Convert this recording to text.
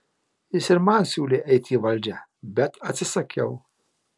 jis ir man siūlė įeiti į valdžią bet atsisakiau